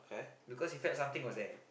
because in fact something was there